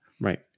Right